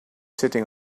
sitting